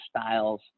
styles